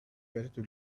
better